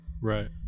Right